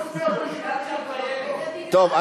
טוב,